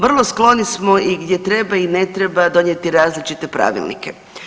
Vrlo skloni smo i gdje treba i ne treba donijeti različite pravilnike.